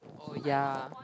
oh yeah